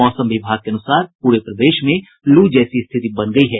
मौसम विभाग के अनुसार पूरे प्रदेश में लू जैसी स्थिति बन गयी है